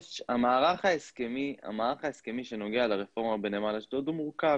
המערך ההסכמי שנוגע לרפורמה בנמל אשדוד הוא מורכב